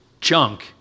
junk